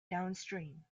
downstream